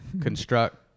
construct